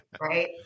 right